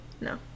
No